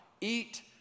Eat